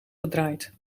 gedraaid